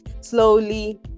slowly